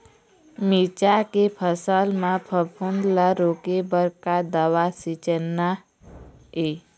मिरचा के फसल म फफूंद ला रोके बर का दवा सींचना ये?